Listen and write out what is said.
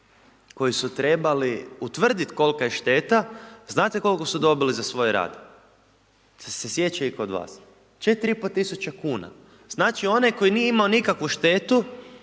koji su trebali utvrditi kolika je šteta, znate koliko su dobili za svoj rad? Jel' se sjeća itko od vas? 4500 kn. Znači, onaj koji nije imao nikakvu štetu